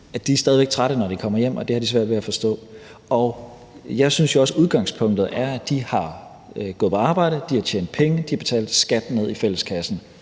væk er trætte, når de kommer hjem, og den paragraf har de svært ved at forstå. Jeg synes jo også, at udgangspunktet er, at de har gået på arbejde, de har tjent penge, de har betalt skat ned i fælleskassen.